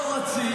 לא רצית.